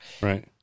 right